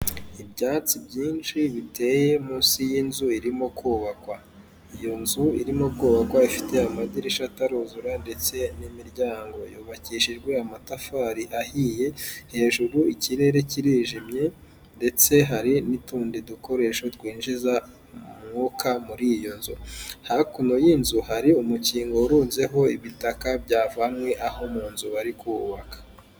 Ibyatsi byinshi biteye munsi y'inzu irimo kubakwa. Iyo nzu irimo kubakwa ifite amadirishya ataruzura ndetse n'imiryango. Yubakishijwe amatafari ahiye, hejuru ikirere kirijimye ndetse hari n'utundi dukoresho twinjiza umwuka muri iyo nzu. Hakuno y'inzu, hari umukingo urunzeho ibitaka byavanywe aho mu nzu bari kubaka.